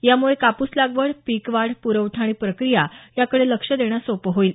यामुळे कापूस लागवड पीक वाढ प्रवठा आणि प्रक्रिया याकडे लक्ष देणं सोपं होईल